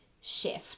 shift